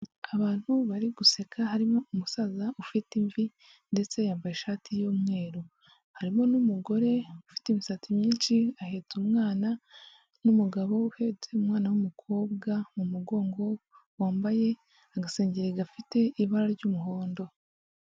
Abantu bari guseka harimo umusaza ufite imvi ndetse yambaye ishati y'umweru, harimo n'umugore ufite imisatsi myinshi ahetse umwana n'umugabo uhetse umwana w'umukobwa mu mugongo wambaye agasengeri gafite ibara ry'umuhondo.